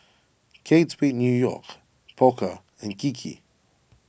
Kate Spade New York Pokka and Kiki